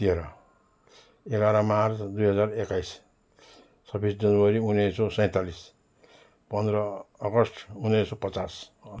तेह्र एघार मार्च दुई हजार एक्काइस छब्बिस जनवरी उन्नाइस सय सैँतालिस पन्ध्र अगस्त उन्नाइस सय पचास